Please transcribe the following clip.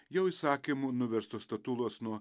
jo įsakymu nuverstos statulos nuo